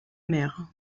mer